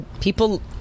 People